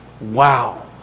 Wow